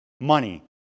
money